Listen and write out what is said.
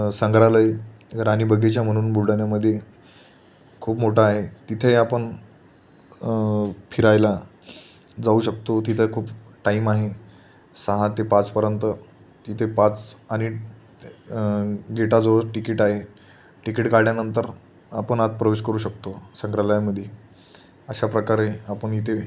संग्रहालय राणी बगिचा म्हणून बुलढाण्यामध्ये खूप मोठा आहे तिथे आपण फिरायला जाऊ शकतो तिथे खूप टाइम आहे सहा ते पाचपर्यंत तिथे पाच आणि गेटाजवळ टिकिट आहे टिकिट काढल्यानंतर आपण आत प्रवेश करू शकतो संग्रालयामध्ये अशाप्रकारे आपण इथे